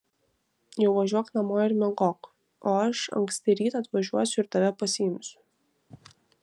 jau važiuok namo ir miegok o aš anksti rytą atvažiuosiu ir tave pasiimsiu